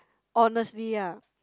honestly ah